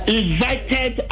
invited